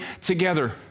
together